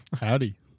howdy